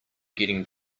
getting